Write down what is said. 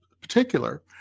particular